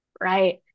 right